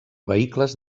vehicles